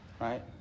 Right